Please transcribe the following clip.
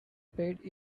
paid